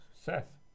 Seth